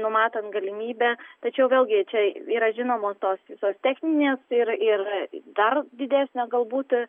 numatant galimybę tačiau vėlgi čia yra žinomos tos visos techninės ir ir dar didesnė galbūt